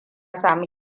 sami